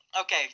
Okay